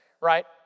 right